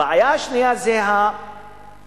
הבעיה השנייה זה שהמגרשים,